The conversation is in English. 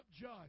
judge